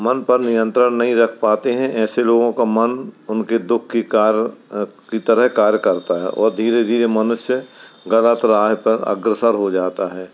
मन पर नियंत्रण नहीं रख पाते हैं ऐसे लोगों का मन उनके दुःख की कार की तरह कार्य करता है और धीरे धीरे मनुष्य गलत राह पर अग्रसर हो जाता है